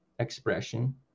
expression